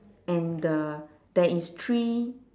and the there is three